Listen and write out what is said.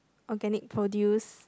organic produce